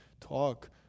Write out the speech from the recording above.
talk